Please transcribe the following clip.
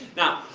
now,